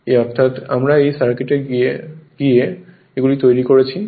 অর্থাৎ আমরা এই সার্কিটে গিয়ে এগুলি তৈরি করেছি